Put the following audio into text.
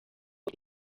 the